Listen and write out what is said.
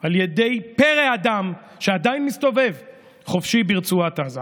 על ידי פרא אדם שעדיין מסתובב חופשי ברצועת עזה,